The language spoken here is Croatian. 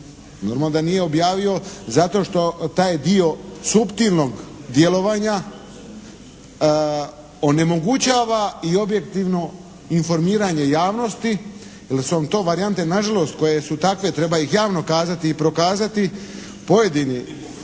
Normalno da nije objavio zato što taj dio suptilnog djelovanja onemogućava i objektivno informiranje javnosti jer su vam to varijante na žalost koje su takve, treba ih javno kazati i prokazati pojedini